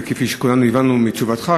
וכפי שכולנו הבנו מתשובתך,